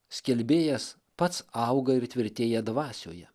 skelbėjas pats auga ir tvirtėja dvasioje